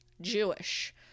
Jewish